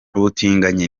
ubutinganyi